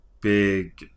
big